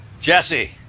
Jesse